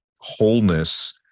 wholeness